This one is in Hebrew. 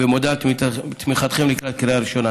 ומודה על תמיכתכם בקריאה ראשונה.